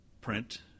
print